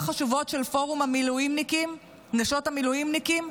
חשובות של פורום נשות המילואימניקים.